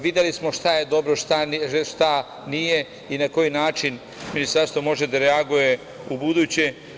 Videli smo šta je dobro, šta nije i na koji način ministarstvo može da reaguje u buduće.